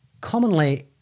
commonly